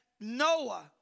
Noah